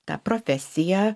ta profesija